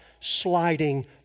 sliding